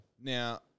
Now